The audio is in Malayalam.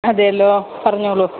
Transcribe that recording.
അതേയല്ലോ പറഞ്ഞോളു